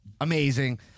Amazing